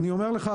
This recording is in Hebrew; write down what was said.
אני אומר לך,